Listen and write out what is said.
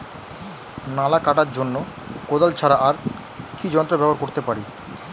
নালা কাটার জন্য কোদাল ছাড়া আর কি যন্ত্র ব্যবহার করতে পারি?